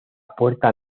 puerta